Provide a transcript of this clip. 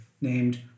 named